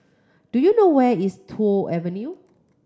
do you know where is Toh Avenue